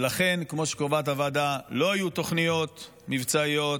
ולכן, כמו שקובעת הוועדה, לא היו תוכניות מבצעיות,